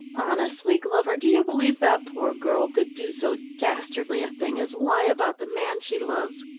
honestly, glover, do you believe that poor girl could do so dastardly a thing as lie about the man she loves?